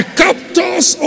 captors